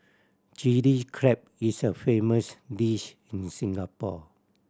Chilli Crab is a famous dish in Singapore